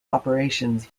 operations